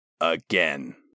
Again